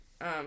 um-